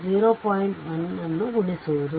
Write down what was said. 1 ಅನ್ನು ಗುಣಿಸುವುದು